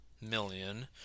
million